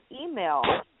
email